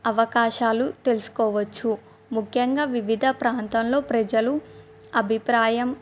అవకాశాలు తెలుసుకోవచ్చు ముఖ్యంగా వివిధ ప్రాంతంలో ప్రజలు అభిప్రాయం